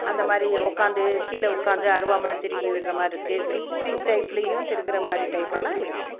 அந்த மாதிரி உக்காந்து கீழே உட்காந்து அருவாமனை திருவி விடுற மாரிருக்கு ஃபிக்சிங் டைப்லேயும் திருவுற மாதிரி டைப்பெல்லாம் இருக்குது